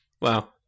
Wow